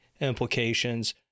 implications